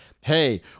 hey